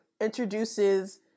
introduces